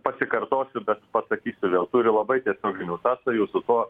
pasikartosiu bet pasakysiu vėl turi labai tiesioginių sąsajų su tuo